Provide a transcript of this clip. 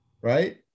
right